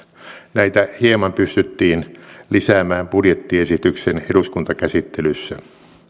näitä hieman pystyttiin lisäämään budjettiesityksen eduskuntakäsittelyssä